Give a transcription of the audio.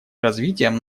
развитием